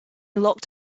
locked